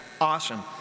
Awesome